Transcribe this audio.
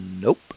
nope